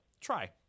try